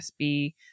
USB